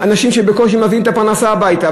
אנשים שבקושי מביאים את הפרנסה הביתה.